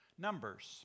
Numbers